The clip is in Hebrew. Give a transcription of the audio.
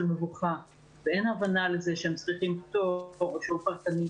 מבוכה ואין הבנה לזה שהם צריכים פטור או שיעור פרטני.